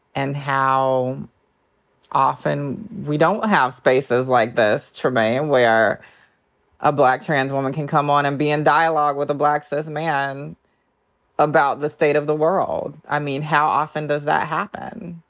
and how often we don't have spaces like this, trymaine, where a black trans woman can come on and be in dialogue with a black cis man about the state of the world. i mean, how often does that happen?